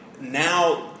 now